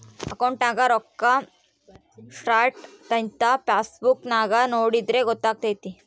ಅಕೌಂಟ್ನಗ ರೋಕ್ಕಾ ಸ್ಟ್ರೈಥಂಥ ಪಾಸ್ಬುಕ್ ನಾಗ ನೋಡಿದ್ರೆ ಗೊತ್ತಾತೆತೆ